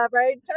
right